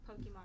Pokemon